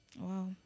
Wow